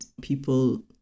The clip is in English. people